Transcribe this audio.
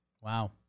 Wow